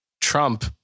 Trump